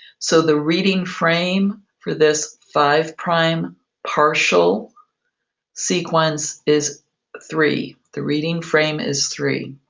so the reading frame for this five-prime partial sequence is three. the reading frame is three.